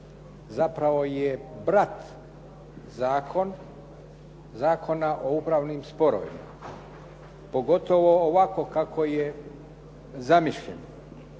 zapravo je brat Zakona o upravnim sporovima, pogotovo ovako kako je zamišljeno.